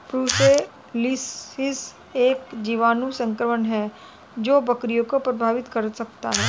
brucellosis एक जीवाणु संक्रमण है जो बकरियों को प्रभावित कर सकता है